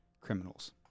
criminals